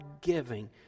giving